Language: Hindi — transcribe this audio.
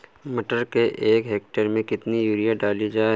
मटर के एक हेक्टेयर में कितनी यूरिया डाली जाए?